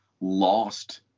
lost